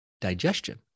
digestion